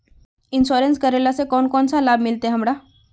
Insurance करेला से कोन कोन सा लाभ मिलते हमरा?